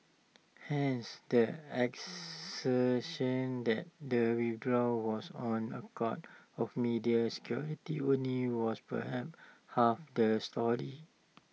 hence the assertion that the withdrawal was on account of media security only was perhaps half the story